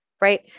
right